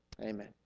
Amen